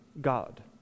God